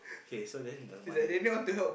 k so then the mother